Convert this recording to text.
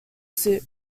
suit